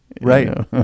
Right